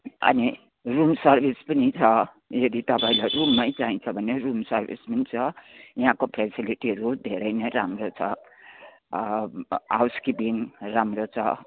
अनि room service पनि छ यदि तपाईँलाई रुममै चाहिन्छ भने रुम सर्भिस पनि छ यहाँको फेसिलिटीहरू धेरै नै राम्रो छ हाउस किपिङ राम्रो छ